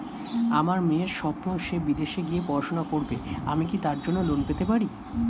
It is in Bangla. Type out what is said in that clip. আমার মেয়ের স্বপ্ন সে বিদেশে গিয়ে পড়াশোনা করবে আমি কি তার জন্য লোন পেতে পারি?